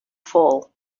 fall